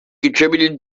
contributed